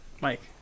Mike